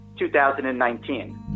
2019